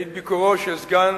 לפני ביקורו של סגן